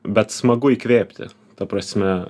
bet smagu įkvėpti ta prasme